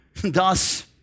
Thus